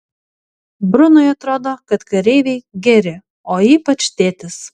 brunui atrodo kad kareiviai geri o ypač tėtis